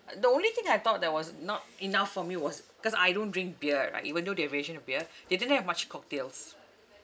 the only thing I thought that was not enough for me was cause I don't drink beer right even though they have variation of beer they didn't have much cocktails